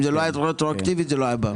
אם זה לא היה רטרואקטיבית זה לא היה בא.